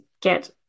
get